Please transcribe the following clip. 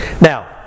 Now